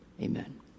amen